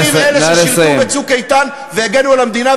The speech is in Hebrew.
עוזבים אלה ששירתו ב"צוק איתן" והגנו על המדינה,